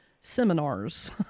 seminars